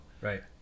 Right